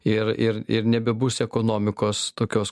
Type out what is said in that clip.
ir ir ir nebebus ekonomikos tokios